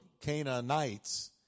Canaanites